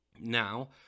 Now